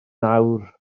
fawr